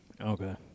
Okay